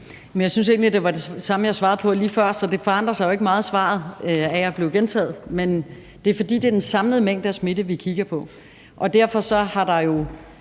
Jeg synes egentlig, det var det samme, jeg svarede på lige før, og svaret forandrer sig jo ikke meget af at blive gentaget. Men det er, fordi det er den samlede mængde af smitte, vi kigger på. Derfor har vi jo